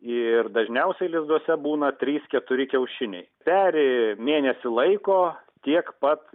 ir dažniausiai lizduose būna trys keturi kiaušiniai peri mėnesį laiko tiek pat